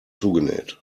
zugenäht